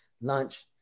lunch